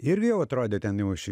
ir vėl atrodė ten jau aš